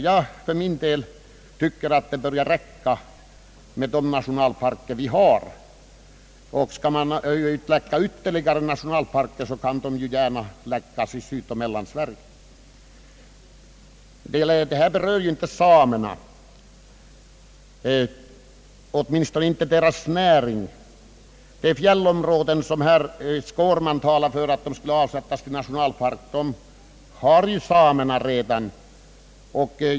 Jag tycker för min del att det räcker med de nationalparker som finns. Skall man ha ytterligare nationalparker kan man gärna lägga dem i Sydoch Mellansverige. Denna fråga berör inte samerna, åtminstone inte deras näring. De fjällområden som herr Skårman talar om att avsätta till nationalpark har samerna redan.